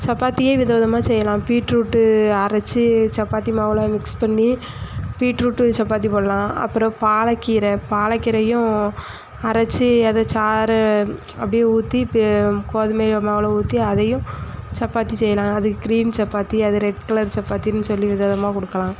சப்பாத்தியையே விதம் விதமாக செய்யலாம் பீட்ரூட்டு அரைச்சி சப்பாத்தி மாவில் மிக்ஸ் பண்ணி பீட்ரூட்டு சப்பாத்தி போடலாம் அப்புறம் பாலக்கீரை பாலக்கீரையும் அரைச்சி அதை சாறு அப்படியே ஊற்றி கோதுமை மாவில் ஊற்றி அதையும் சப்பாத்தி செய்யலாம் அதுக்கு க்ரீன் சப்பாத்தி அது ரெட் கலர் சப்பாத்தினு சொல்லி விதம் விதமாக கொடுக்கலாம்